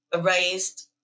raised